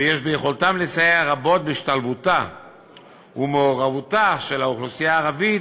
ויש ביכולתם לסייע רבות בהשתלבותה ומעורבותה של האוכלוסייה הערבית,